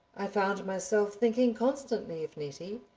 i found myself thinking constantly of nettie,